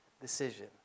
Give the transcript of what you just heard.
decision